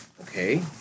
okay